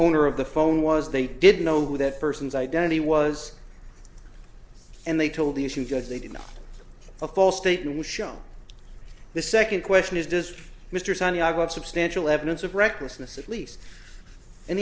owner of the phone was they didn't know who that person's identity was and they told these you guys they did a false statement which show the second question is does mr santiago have substantial evidence of recklessness at least an